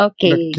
Okay